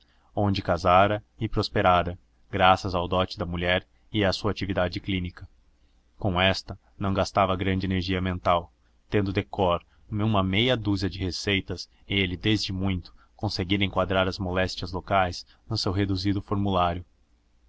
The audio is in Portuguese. onde casara e prosperara graças ao dote da mulher e à sua atividade clínica com esta não gastava grande energia mental tendo de cor uma meia dúzia de receitas ele desde muito conseguira enquadrar as moléstias locais no seu reduzido formulário